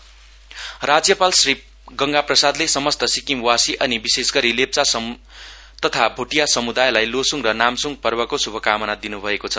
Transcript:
governor राज्यपाल श्री गंगा प्रसादले समस्त सिक्किमवासी अनि विशेषगरी लेप्चा तथा भोटिया समुदायलाई लोसुङ र नामसुङ पर्वको शुभकामना दिन् भएको छ